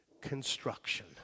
construction